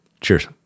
Cheers